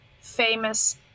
famous